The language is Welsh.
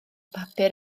papur